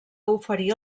oferir